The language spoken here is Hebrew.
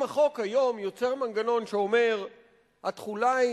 אם החוק היום יוצר מנגנון שאומר שהתחולה היא